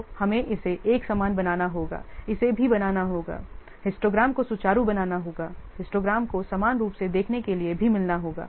तो हमें इसे एक समान बनाना होगा इसे भी बनाना होगा हिस्टोग्राम को सुचारू बनाना होगा हिस्टोग्राम को समान रूप से देखने के लिए भी मिलना होगा